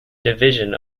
division